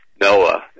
Noah